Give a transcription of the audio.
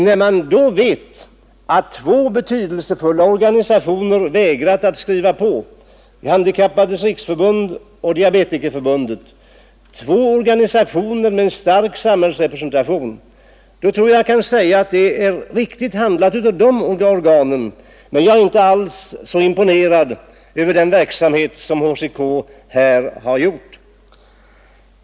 När jag då vet att två betydelsefulla organisationer har vägrat att skriva på — De handikappades riksförbund och Diabetikerförbundet, två organisationer med en stark samhällsrepresentation — kan jag säga att det är riktigt handlat av dessa organ, men jag är inte alls så imponerad över den verksamhet som HCK här bedriver.